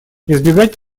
избегать